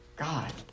God